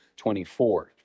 24